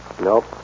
Nope